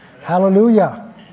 Hallelujah